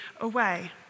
away